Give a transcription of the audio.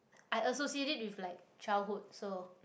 I associate it with like childhood so